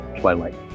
Twilight